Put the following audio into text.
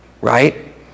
right